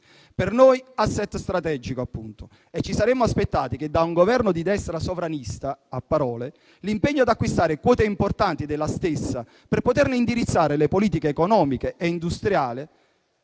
per noi *asset* strategico, appunto. Ci saremmo aspettati da un Governo di destra sovranista (a parole) l'impegno ad acquistare quote importanti della stessa per poterne indirizzare le politiche economica e industriale.